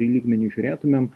lygmeniu žiūrėtumėm